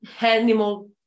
animal